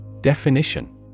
Definition